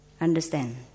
Understand